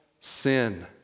sin